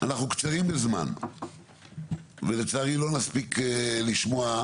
אנחנו קצרים בזמן ולצערי לא נספיק לשמוע,